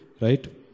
Right